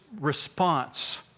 response